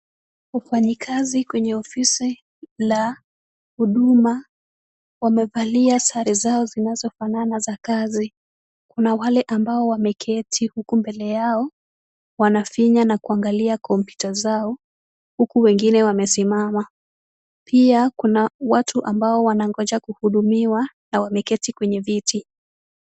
Wafanyikazi kwenye ofisi la huduma wamevalia sare zao zinazofanana za kazi. Kuna wale ambao wameketi huku mbele yao wanafinya na kuangalia kompyuta zao, huku wengine wamesimama. Pia kuna watu ambao wanangoja kuhudumiwa na wameketi kwenye viti.